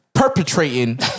Perpetrating